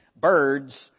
birds